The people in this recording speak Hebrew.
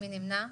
מי נמנע?